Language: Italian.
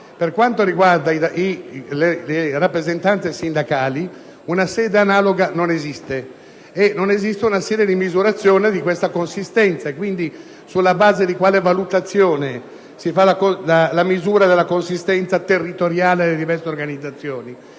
Per quanto riguarda la rappresentanze sindacali, una sede analoga non esiste. Non esiste una sede di misurazione di questa consistenza, quindi sulla base di quale valutazione si effettua la misura della consistenza territoriale delle diverse organizzazioni?